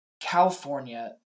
California